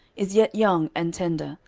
is yet young and tender,